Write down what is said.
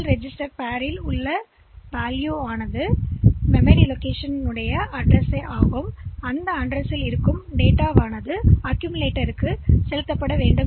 L register pair உள்ளடக்கத்தைவேண்டும் memory இடத்திலிருந்து முகவரியாகப் பயன்படுத்த எங்கிருந்து உள்ளடக்கம் அக்கிமிலிட்டரிுக்கு வர வேண்டும்